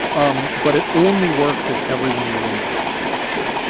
um but it only works if everyone really knows what they're places